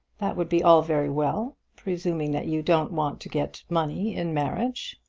that would be all very well presuming that you don't want to get money in marriage.